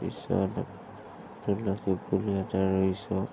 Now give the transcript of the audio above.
তাৰ পিছত তুলসী পুলি এটা ৰুইছোঁ